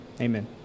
Amen